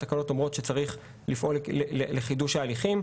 התקנות אומרות שצריך לפעול לחידוש ההליכים.